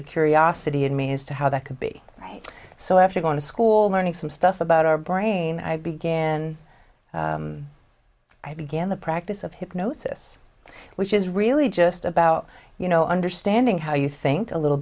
a curiosity in me as to how that could be right so after going to school learning some stuff about our brain i begin i began the practice of hypnosis which is really just about you know understanding how you think a little